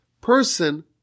person